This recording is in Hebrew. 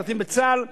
משרתים בצה"ל,